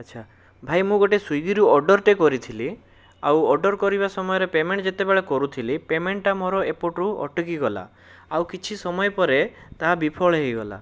ଆଛା ମୁଁ ଗୋଟିଏ ସ୍ଵିଗିରୁ ଅର୍ଡ଼ରଟିଏ କରିଥିଲି ଆଉ ଅର୍ଡ଼ର କରିବା ସମୟରେ ପେମେଣ୍ଟ ଯେତେବେଳେ କରୁଥିଲି ପେମେଣ୍ଟଟା ମୋର ଏପଟରୁ ଅଟକି ଗଲା ଆଉ କିଛି ସମୟ ପରେ ତାହା ବିଫଳ ହୋଇଗଲା